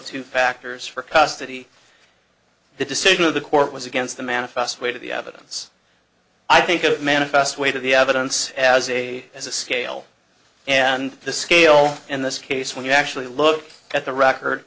two factors for custody the decision of the court was against the manifest weight of the evidence i think a manifest weight of the evidence as a as a scale and the scale in this case when you actually look at the record